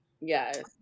Yes